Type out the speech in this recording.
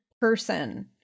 person